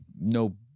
no